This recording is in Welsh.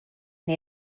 neu